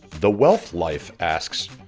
the wealth life asks,